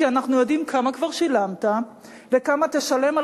כי אנחנו יודעים כמה כבר שילמת וכמה תשלם על